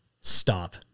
stop